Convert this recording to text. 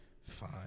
fine